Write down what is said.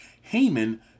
Haman